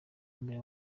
mbere